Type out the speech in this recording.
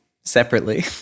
separately